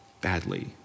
badly